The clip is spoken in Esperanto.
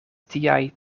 tiaj